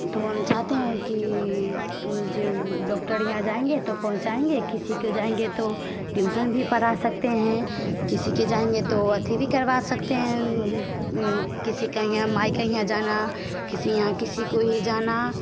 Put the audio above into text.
तो हम चाहते हैं कि जो डॉक्टर यहाँ जाएँगे तो पहुँचाएँगे किसी के जाएँगे तो ट्यूसन भी पढ़ा सकते हैं किसी के जाएँगे तो अथि भी करवा सकते हैं किसी का यहाँ मायका यहाँ जाना किसी यहाँ किसी को जाना